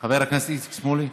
חבר הכנסת איציק שמולי,